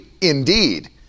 indeed